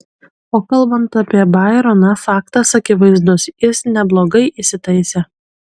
o kalbant apie baironą faktas akivaizdus jis neblogai įsitaisė